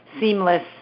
seamless